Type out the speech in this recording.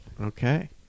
Okay